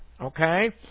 Okay